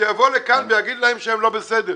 שיבוא לכאן ויגיד להם שהם לא בסדר.